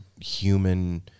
human